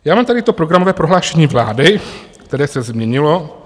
Já mám tady to programové prohlášení vlády, které se změnilo.